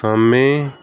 ਸਮੇਂ